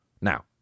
Now